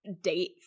date